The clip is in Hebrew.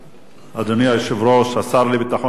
אדוני היושב-ראש, השר לביטחון הפנים,